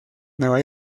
nueva